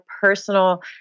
personal